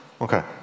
Okay